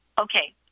okay